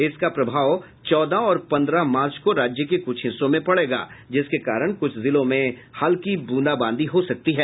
इसका प्रभाव चौदह और पंद्रह मार्च को राज्य के कुछ हिस्सों में पड़ेगा जिसके कारण कुछ जिलों में हल्की बूंदाबांदी हो सकती है